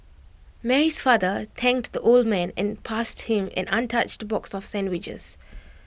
Mary's father thanked the old man and passed him an untouched box of sandwiches